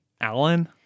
alan